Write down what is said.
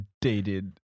dated